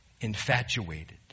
infatuated